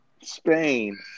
Spain